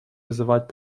вызывать